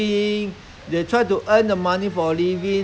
they also bring out bring out the generation like that